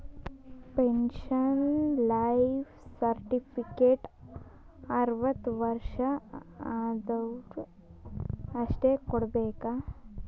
pension life certificate ಅರ್ವತ್ ವರ್ಷ ಆದ್ವರು ಅಷ್ಟೇ ಕೊಡ್ಬೇಕ